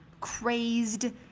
crazed